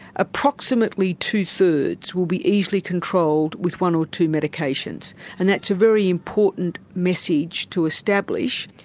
approximately two thirds will be easily controlled with one or two medications and that's a very important message to establish.